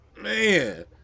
Man